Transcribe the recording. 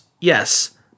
yes